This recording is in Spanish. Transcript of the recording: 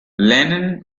lennon